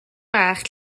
fach